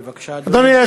בבקשה, אדוני.